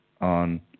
on